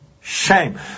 shame